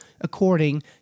according